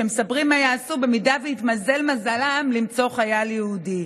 שמספרים מה יעשו במידה שיתמזל מזלם למצוא חייל יהודי.